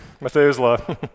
Methuselah